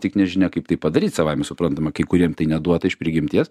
tik nežinia kaip tai padaryt savaime suprantama kai kuriem tai neduota iš prigimties